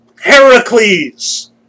Heracles